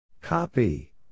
copy